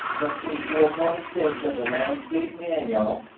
section four point six of the landscape manual